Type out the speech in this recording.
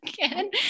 again